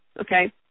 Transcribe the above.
okay